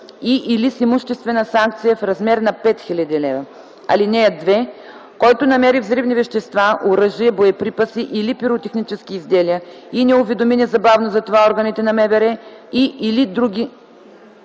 и/или с имуществена санкция в размер на 5000 лв. (2) Който намери взривни вещества, оръжие, боеприпаси или пиротехнически изделия и не уведоми незабавно за това органите на МВР и/или наруши